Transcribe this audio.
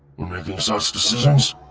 when making such decisions,